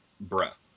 breath